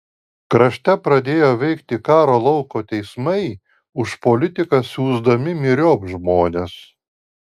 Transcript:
krašte pradėjo veikti karo lauko teismai už politiką siųsdami myriop žmones